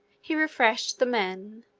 he refreshed the men,